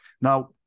now